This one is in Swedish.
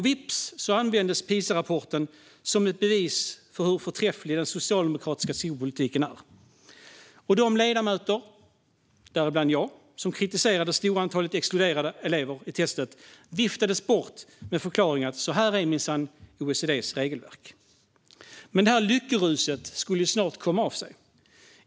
Vips så användes PISA-rapporten som ett bevis för hur förträfflig den socialdemokratiska skolpolitiken är. De ledamöter, däribland jag, som kritiserade det stora antalet exkluderade elever i testet viftades bort med förklaringen att så är minsann OECD:s regelverk. Detta lyckorus skulle dock snart komma av sig.